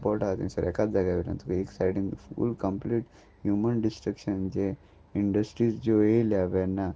airport आह थंग sir एकाच जाग्या वयल्यान तुका एक सायडीन फूल कंम्प्लीट ह्युमन डिस्ट्रक्शन जें इंडस्ट्रीज ज्यो येयल्या वॅर्ना